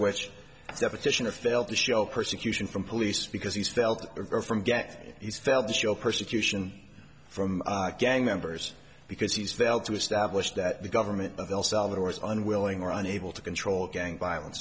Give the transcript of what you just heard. which deposition a fail to show persecution from police because he's felt from get he's failed to show persecution from gang members because he's failed to establish that the government of el salvador's unwilling or unable to control gang violence